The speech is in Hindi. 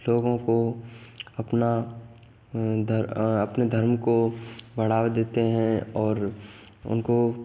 लोगों को अपना अपने धर्म को बढ़ावा देते हैं और उनको